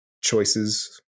choices